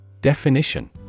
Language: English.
Definition